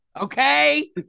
Okay